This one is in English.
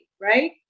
right